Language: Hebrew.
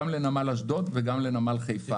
גם לנמל אשדוד וגם לנמל חיפה.